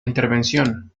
intervención